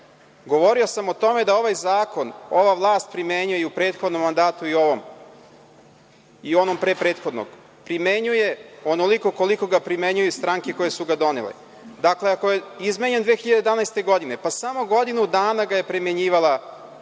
Govorio sam o tome da ovaj zakon ova vlast primenjuje u prethodnom mandatu i u ovom, i u onom pre prethodnom. Primenjuje onoliko koliko ga primenjuju i stranke koje su ga donele. Dakle, ako je izmenjen 2011. godine, pa samo godinu dana ga je primenjivala